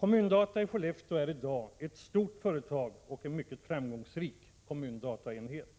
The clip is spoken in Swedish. Kommun-Data i Skellefteå är i dag ett stort företag och en mycket framgångsrik kommundataenhet.